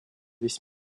весь